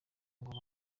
ngo